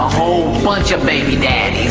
whole bunch of baby daddies